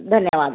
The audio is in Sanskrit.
धन्यवादः